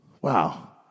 Wow